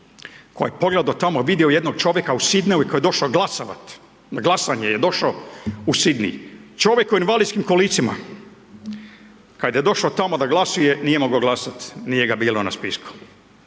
koji je pogledao tamo i vidio jednog čovjeka u Sydneyu koji je došao glasovati, na glasovanje je došao u Sydney. Čovjek u invalidskim kolicima. Kad je došao tamo da glasuje, nije mogao glasat. Nije ga bilo na spisku.